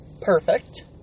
perfect